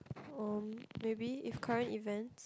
um maybe if current events